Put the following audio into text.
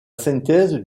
synthèse